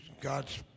God's